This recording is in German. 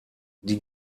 die